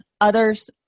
Others